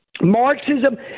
Marxism